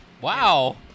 Wow